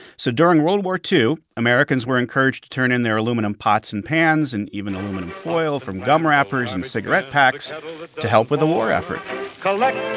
so during world war ii, americans were encouraged to turn in their aluminum pots and pans and even aluminum foil from gum wrappers and cigarette packs to help with the war effort collect